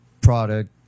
product